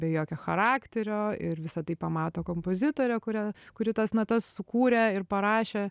be jokio charakterio ir visa tai pamato kompozitorė kuria kuri tas natas sukūrė ir parašė